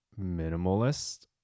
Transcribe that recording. minimalist